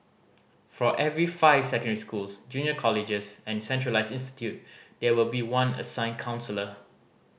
for every five secondary schools junior colleges and centralised institute there will be one assigned counsellor